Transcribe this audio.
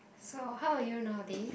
so how are you nowadays